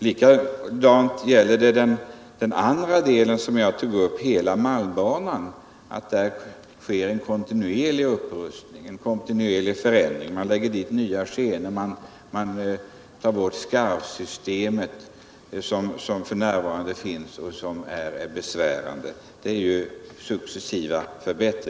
Även när det gäller hela malmbanan är det angeläget att det sker en kontinuerlig upprustning och förändring genom att man lägger ut nya skenor, tar bort det besvärande skarvsystemet, osv. Det är förbättringar som successivt görs.